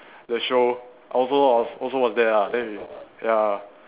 the show I also was also was there ah then they ya